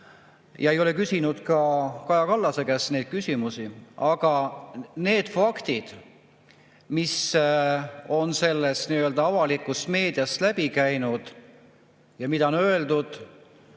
ja ei ole küsinud ka Kaja Kallase käest neid küsimusi. Aga need faktid, mis on nii-öelda avalikust meediast läbi käinud ja mida on öeldud